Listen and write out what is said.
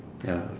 ya